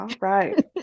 right